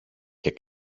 και